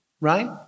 right